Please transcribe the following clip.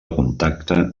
contacte